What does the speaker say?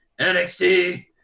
nxt